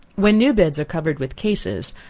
when new beds are covered with cases,